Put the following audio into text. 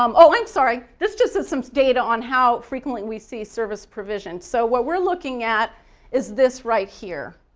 um oh, i'm sorry this just is some data on how frequently we see service provision. so what we're looking at is this right here,